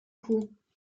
coût